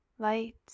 Light